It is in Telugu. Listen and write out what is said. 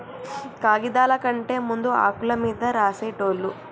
కాగిదాల కంటే ముందు ఆకుల మీద రాసేటోళ్ళు